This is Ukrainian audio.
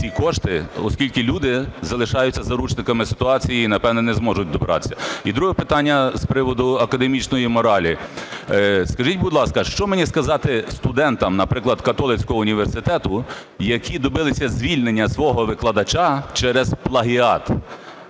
І друге питання – з приводу академічної моралі. Скажіть, будь ласка, що мені сказати студентам, наприклад, Католицького університету, які добилися звільнення свого викладача через плагіат?